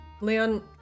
Leon